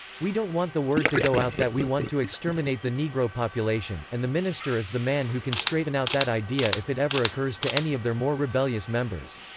we don't want the word to go out that we want to exterminate the negro population, and the minister is the man who can straighten out that idea if it ever occurs to any of their more rebellious members.